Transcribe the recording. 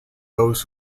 those